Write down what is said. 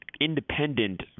independent